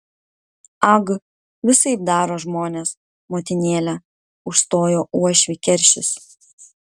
ag visaip daro žmonės motinėle užstojo uošvį keršis